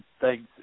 thanks